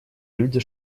люди